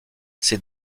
ces